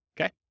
Okay